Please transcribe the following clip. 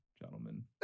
gentlemen